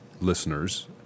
listeners